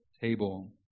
table